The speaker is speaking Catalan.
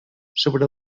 sobre